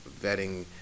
vetting